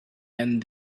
and